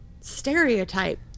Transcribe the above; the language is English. stereotype